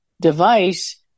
device